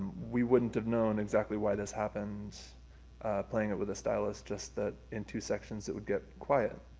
we wouldn't have known exactly why this happened playing it with a stylus, just that in two sections it would get quiet.